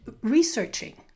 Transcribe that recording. researching